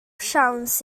siawns